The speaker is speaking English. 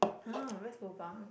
!huh! where's lobang